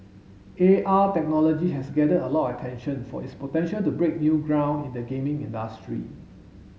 A R technology has gathered a lot of attention for its potential to break new ground in the gaming industry